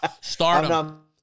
Stardom